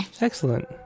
Excellent